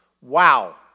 Wow